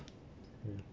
mm